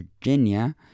Virginia